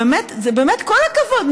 באמת, כל הכבוד.